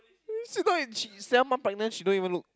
she not in she seven month pregnant she don't even look